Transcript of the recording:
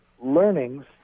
learnings